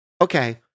Okay